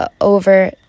over